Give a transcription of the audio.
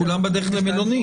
כולם בדרך למלונית.